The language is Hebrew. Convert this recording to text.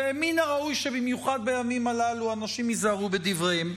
ומן הראוי שבמיוחד בימים הללו אנשים ייזהרו בדבריהם.